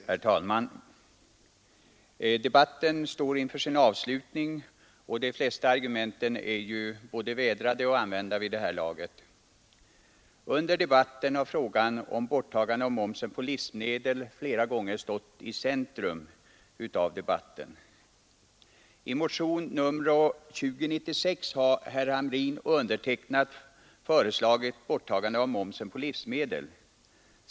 Herr talman! Debatten står inför sin avslutning och de flesta argumenten är vid det här laget både vädrade och använda. Under debatten har frågan om borttagandet av momsen på livsmedel flera gånger stått i debattens centrum. I motion nr 2096 har herr Hamrin och jag föreslagit borttagandet av momsen på livsmedel.